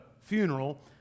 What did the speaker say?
funeral